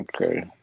Okay